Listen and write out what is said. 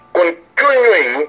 continuing